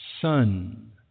son